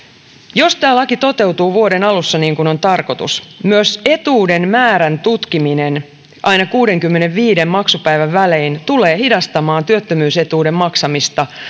jos tämä laki toteutuu vuoden alussa niin kuin on tarkoitus myös etuuden määrän tutkiminen aina kuudenkymmenenviiden maksupäivän välein tulee hidastamaan työttömyysetuuden maksamista